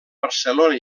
barcelona